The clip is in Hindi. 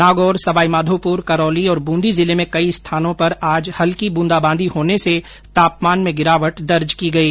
नागौर सवाईमाघोपुर करौली और बूंदी जिले में कई स्थानों पर आज हल्की ब्रंदाबांदी होने से तापमान में गिरावट दर्ज की गई